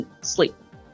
sleep